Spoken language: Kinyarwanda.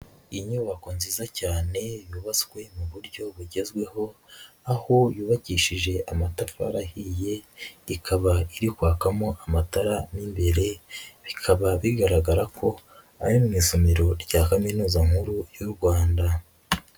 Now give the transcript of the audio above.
Inyubako nziza cyane yubatswe mu buryo bugezweho, aho yubakishije amatafari ahiye, ikaba iri kwakamo amatara mo imbere, bikaba bigaragara ko ari mu isomero rya Kaminuza Nkuru y'u Rwanda.